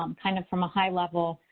um kind of from a high level